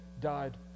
died